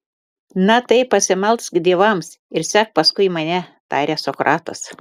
na tai pasimelsk dievams ir sek paskui mane taria sokratas